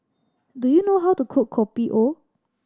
do you know how to cook Kopi O